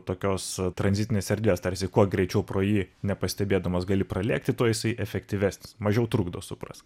tokios tranzitinės erdvės tarsi kuo greičiau pro jį nepastebėdamas gali pralėkti tuo jisai efektyvesnis mažiau trukdo suprask